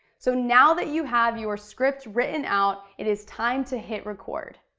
so now that you have your script written out, it is time to hit record.